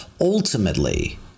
Ultimately